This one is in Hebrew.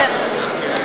כן,